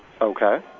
Okay